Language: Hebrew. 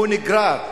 שהוא נגרר,